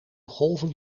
golven